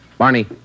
Barney